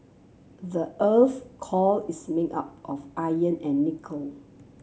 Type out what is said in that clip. the earth core is made up of iron and nickel